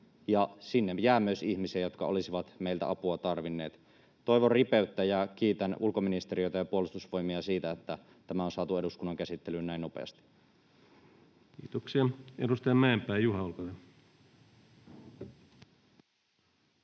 sinne jää myös ihmisiä, jotka olisivat meiltä apua tarvinneet. Toivon ripeyttä ja kiitän ulkoministeriötä ja Puolustusvoimia siitä, että tämä on saatu eduskunnan käsittelyyn näin nopeasti. Kiitoksia. — Edustaja Mäenpää, Juha, olkaa